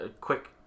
quick